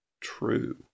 true